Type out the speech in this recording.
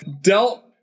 dealt